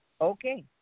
okay